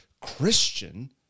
Christian